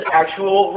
actual